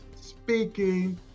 speaking